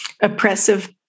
oppressive